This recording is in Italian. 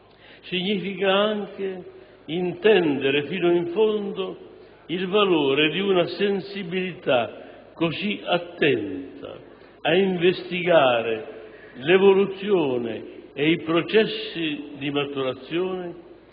Significa anche intendere fino in fondo il valore di una sensibilità così attenta a investigare l'evoluzione e i processi di maturazione